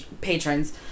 patrons